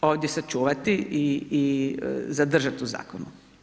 ovdje sačuvati i zadržati u zakonu.